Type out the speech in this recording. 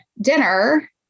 dinner